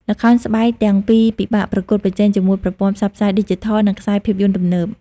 ល្ខោនស្បែកទាំងពីរពិបាក ប្រកួតប្រជែង ជាមួយប្រព័ន្ធផ្សព្វផ្សាយឌីជីថល និងខ្សែភាពយន្តទំនើប។